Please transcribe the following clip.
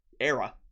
era